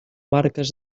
marques